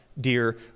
dear